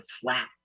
flat